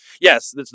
yes